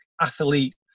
athlete